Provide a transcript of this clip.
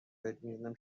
فکرمیکردم